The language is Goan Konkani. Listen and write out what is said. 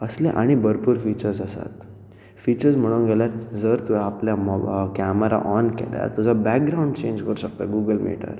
असले आनी भरपूच फिचर्स आसात फिचर्स म्हणूंक गेल्यार जर तूं आपल्या मॉब कॅमरा ऑन केल्यार तुजो बॅग्रावण्ड चेंज करूंक शकता गुगल मिटार